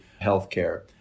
healthcare